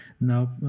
now